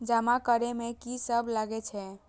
जमा करे में की सब लगे छै?